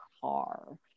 car